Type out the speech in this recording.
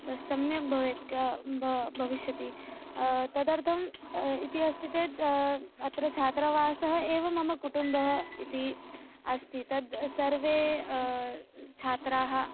तस्सम्यक् भवेत् क ब भविष्यति तदर्थम् इति अस्ति तेद् अत्र छात्रावासः एव मम कुटुम्बः इति अस्ति तद् सर्वे छात्राः